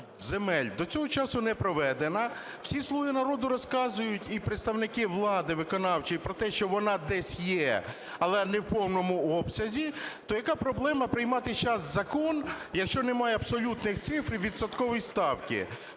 земель до цього часу не проведена. Всі "слуги народу" розказують і представники влади виконавчої про те, що вона десь є, але не в повному обсязі. То яка проблема приймати сейчас закон, якщо немає абсолютних цифр відсоткової ставки?